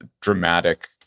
dramatic